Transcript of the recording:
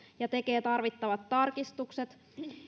ja tekee tarvittavat tarkistukset